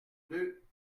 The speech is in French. deux